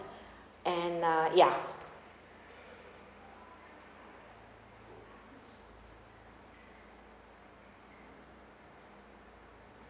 and uh ya